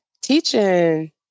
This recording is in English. Teaching